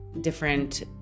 different